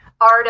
Art